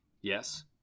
Yes